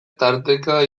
tarteka